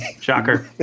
Shocker